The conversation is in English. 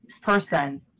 person